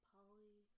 Polly